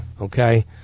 okay